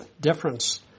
difference